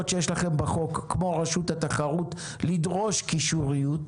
שיש לכם בחוק כמו רשות התחרות ולדרוש קישוריות